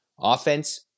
Offense